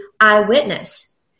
eyewitness